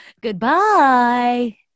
Goodbye